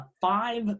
five